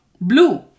blue